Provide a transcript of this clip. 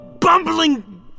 bumbling